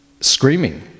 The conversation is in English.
screaming